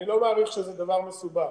אני לא מאמין שזה דבר מסובך,